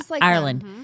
Ireland